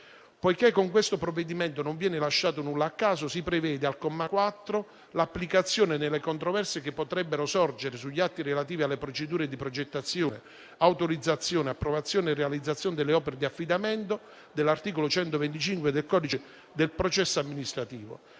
Poiché con questo provvedimento non viene lasciato nulla al caso, si prevede al comma 4 l'applicazione, nelle controversie che potrebbero sorgere sugli atti relativi alle procedure di progettazione, autorizzazione, approvazione e realizzazione delle opere di affidamento, dell'articolo 125 del codice del processo amministrativo.